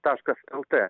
taškas lt